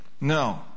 no